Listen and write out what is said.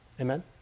Amen